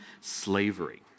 slavery